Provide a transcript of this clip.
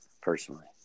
personally